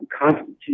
constitution